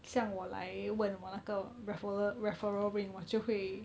像我来问我那个 refeller referral link 我就会